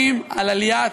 היום בבוקר,